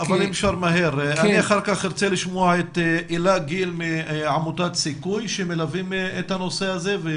אחר כך לשמוע את אלה גיל מעמותת סיכוי שמלווים את הנושא הזה.